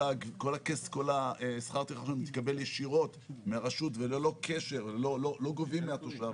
כל שכר הטרחה שלנו מתקבל ישירות מהרשות וללא קשר לא גובים מהתושב.